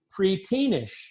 preteenish